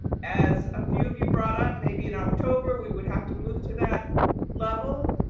as a few of you brought up, maybe in october, we would have to move to that level,